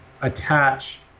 attach